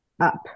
up